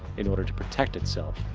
in order to protect itself,